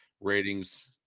ratings